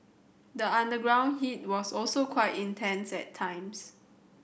the underground heat was also quite intense at times